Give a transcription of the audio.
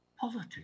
politics